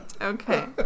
okay